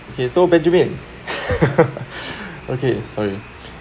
okay so benjamin okay sorry